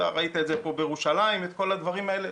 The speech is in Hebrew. אתה ראית את זה פה בירושלים, את כל הדברים האלה.